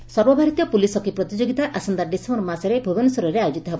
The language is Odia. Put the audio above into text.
ଖେଳ ସର୍ବଭାରତୀୟ ପୁଲିସ୍ ହକି ପ୍ରତିଯୋଗିତା ଆସନ୍ତା ଡିସେମ୍ର ମାସରେ ଭୁବନେଶ୍ୱରରେ ଆୟୋଜିତ ହେବ